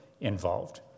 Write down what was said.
involved